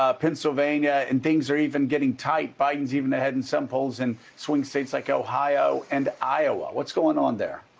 ah pennsylvania, and things are even getting tight. biden's even ahead in some polls in swing states like ohio and iowa. what's going on there?